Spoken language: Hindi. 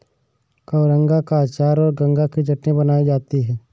कबरंगा का अचार और गंगा की चटनी बनाई जाती है